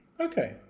Okay